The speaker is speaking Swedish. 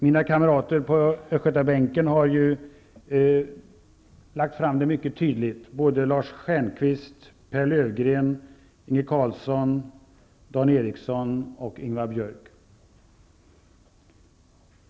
Mina kamrater på Östgötabänken har lagt fram dem mycket tydligt, nämligen Lars Ericsson i Kolmården och Ingvar Björk.